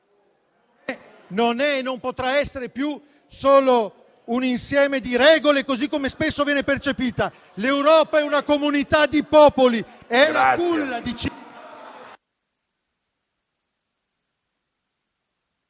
non è e non potrà essere più solo una somma o un insieme di regole, così come spesso viene percepita. L'Europa è una comunità di popoli, è